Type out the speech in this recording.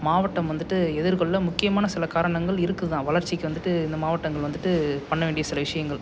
மாவட்டம் வந்துட்டு எதிர்க்கொள்ள முக்கியமான சில காரணங்கள் இருக்குதுதான் வளர்ச்சிக்கு வந்துட்டு இந்த மாவட்டங்கள் வந்துட்டு பண்ண வேண்டிய சில விஷயங்கள்